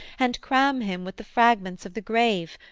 and cram him with the fragments of the grave,